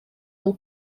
will